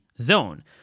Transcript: zone